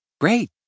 Great